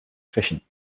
efficient